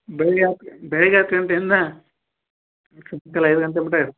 ಬೆಳಗ್ಗೆ ಹತ್ತು ಗ ಬೆಳಗ್ಗೆ ಹತ್ತು ಗಂಟೆಯಿಂದ ಸಾಯಂಕಾಲ ಐದು ಗಂಟೆ ಮುಟ ಇರ್ತೀವಿ